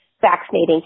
vaccinating